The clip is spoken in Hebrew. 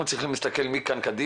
מכאן אנחנו צריכים להסתכל קדימה,